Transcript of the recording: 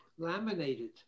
laminated